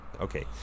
Okay